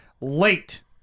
late